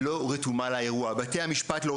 לא רתומה לאירוע.